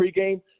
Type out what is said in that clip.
pregame